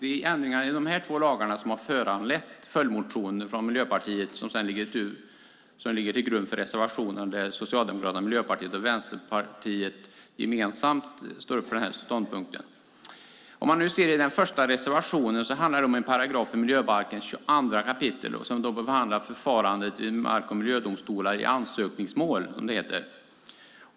Det är ändringar i dessa två lagar som har föranlett en följdmotion från Miljöpartiet som ligger till grund för två reservationer som Socialdemokraterna, Miljöpartiet och Vänsterpartiet gemensamt står bakom. Den första reservationen handlar om en paragraf i miljöbalkens 22 kap. som behandlar förfarandet i mark och miljödomstolar i ansökningsmål, som det heter.